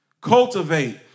cultivate